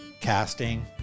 Casting